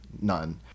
none